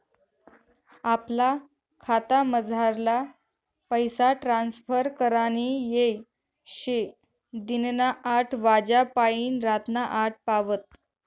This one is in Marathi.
आपला खातामझारला पैसा ट्रांसफर करानी येय शे दिनना आठ वाज्यापायीन रातना आठ पावत